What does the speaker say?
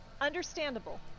Understandable